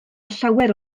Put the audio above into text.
llawer